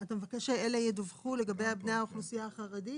אתה מבקש שאלה ידווחו לגבי בני האוכלוסייה החרדית?